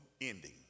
ending